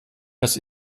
das